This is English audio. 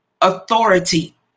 authority